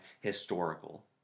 historical